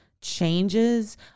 changes